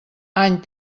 any